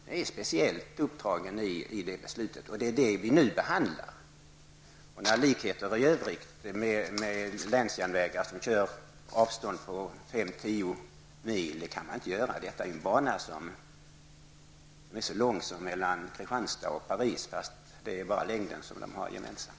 Den är speciellt uppdragen enligt beslutet, och det är vad vi nu behandlar. Några likheter i övrigt med länsjärnvägar som kör avstånd på 5--10 mil kan man inte dra. Detta är ju en bana som är så lång som banan från Kristianstad till Paris, även om det bara är längden som de har gemensamt.